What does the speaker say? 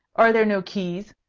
are there no keys?